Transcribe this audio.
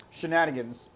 Shenanigans